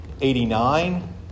eighty-nine